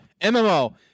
MMO